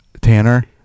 Tanner